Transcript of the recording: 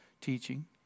teaching